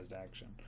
action